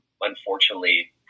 unfortunately